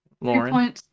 Lauren